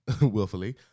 willfully